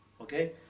Okay